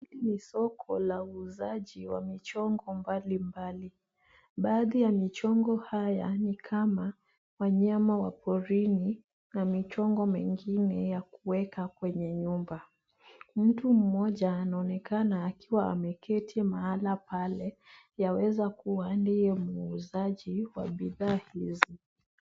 Hili ni soko la uuzaji wa michongo mbali mbali. Baadhi ya michongo haya ni kama ,wanyama wa porini na michongo mengine ,ya kuweka kwenye nyumba. Mtu mmoja anaonekana akiwa ameketi mahala pale yuaweza kuwa ndio muuzaji wa bidhaa hizi.